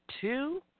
two